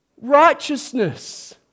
Righteousness